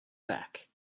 back